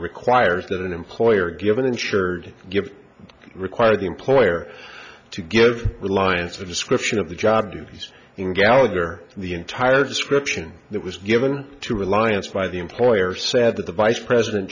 require that an employer give an insured give require the employer to give reliance a description of the job duties and gallagher the entire description that was given to reliance by the employer said that the vice president